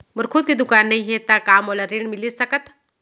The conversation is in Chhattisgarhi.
मोर अपन खुद के दुकान नई हे त का मोला ऋण मिलिस सकत?